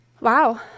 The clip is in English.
Wow